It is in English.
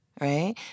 Right